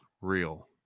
real